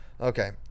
okay